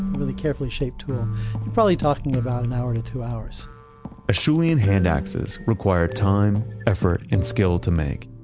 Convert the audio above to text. really carefully shaped tool, you're probably talking about an hour to two hours acheulean hand axes require time, effort and skill to make.